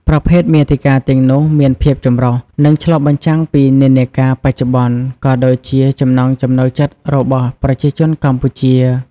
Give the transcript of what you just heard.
ប្រភេទមាតិកាទាំងនោះមានភាពចម្រុះ និងឆ្លុះបញ្ចាំងពីនិន្នាការបច្ចុប្បន្ន ក៏ដូចជាចំណង់ចំណូលចិត្តរបស់ប្រជាជនកម្ពុជា។